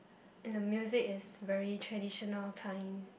and the music is very traditional kind